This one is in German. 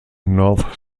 north